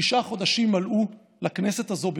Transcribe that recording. תשעה חודשים מלאו לכנסת הזו בקושי,